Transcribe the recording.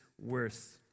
worth